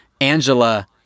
Angela